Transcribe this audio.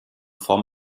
form